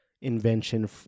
invention